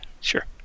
Sure